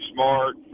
Smart